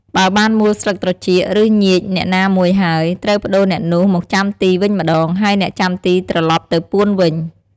បើបានមួលស្លឹកត្រចៀក ឬ ញៀចអ្នកណាមួយហើយ ត្រូវប្តូរអ្នកនោះមកចាំទីវិញម្ដង ហើយអ្នកចាំទីត្រឡប់ទៅពួនវិញ។